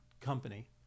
company